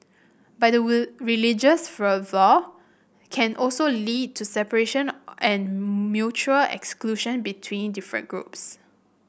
but religious fervour can also lead to separation and mutual exclusion between different groups